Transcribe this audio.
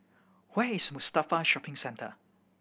where is Mustafa Shopping Centre